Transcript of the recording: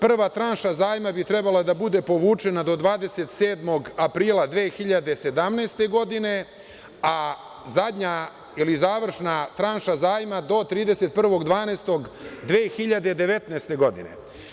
Prva tranša zajma bi trebala da bude povučena do 27. aprila 2017. godine, a zadnja ili završna tranša zajma do 31. decembra 2019. godine.